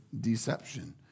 deception